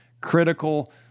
critical